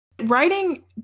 Writing